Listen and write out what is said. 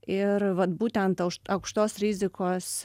ir vat būtent auš aukštos rizikos